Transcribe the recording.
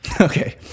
okay